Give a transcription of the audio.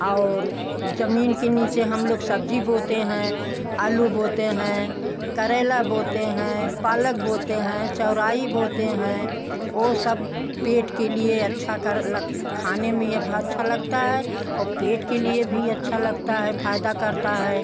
और ज़मीन के नीचे हम लोग सब्जी बोते हैं आलू बोते हैं करेला बोते हैं पालक बोते हैं चौलाई बोते हैं वह सब पेट के लिए अच्छा कर लग खाने में ये भी अच्छा लगता है औ पेट के लिए भी अच्छा लगता है फ़ायदा करता है